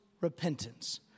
repentance